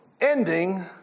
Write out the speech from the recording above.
ending